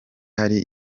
hari